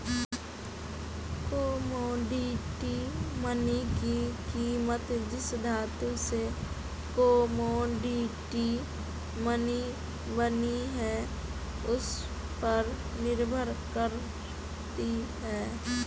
commodity money की कीमत जिस धातु से कोमोडिटी मनी बनी है उस पर निर्भर करती है